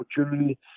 opportunity